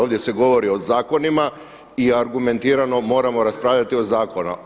Ovdje se govori o zakonima i argumentiramo moramo raspravljati o zakonima.